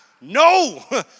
no